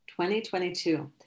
2022